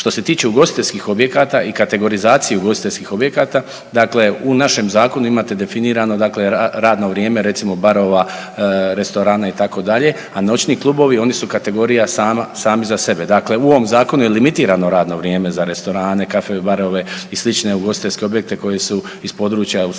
Što se tiče ugostiteljskih objekata i kategorizacije ugostiteljskih objekata dakle u našem zakonu imate definirano dakle radno vrijeme recimo barova, restorana itd., a noćni klubovi, oni su kategorija sama, sami za sebe. Dakle, u ovom zakonu je limitirano radno vrijeme za restorane, caffe barove i slične ugostiteljske objekte koji su iz područja usluživanja